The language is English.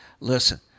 Listen